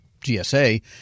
GSA